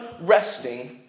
resting